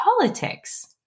politics